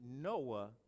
Noah